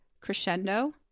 Crescendo